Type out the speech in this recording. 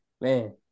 Man